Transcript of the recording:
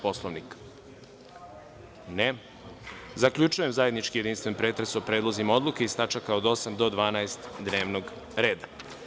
Poslovnika? (Ne) Zaključujem zajednički jedinstveni pretres o predlozima odluka iz tačaka od 8. do 12. dnevnog reda.